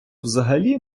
взагалі